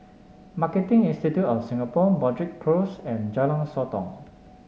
Marketing Institute of Singapore Broadrick Close and Jalan Sotong